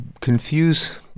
confuse